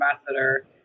ambassador